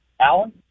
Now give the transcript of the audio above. Alan